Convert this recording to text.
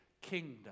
kingdom